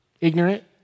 ignorant